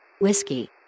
Whiskey